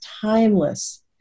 timeless